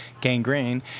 gangrene